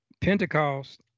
Pentecost